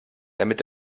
damit